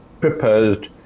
proposed